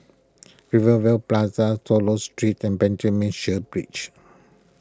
Rivervale Plaza Swallow Street and Benjamin Sheares Bridge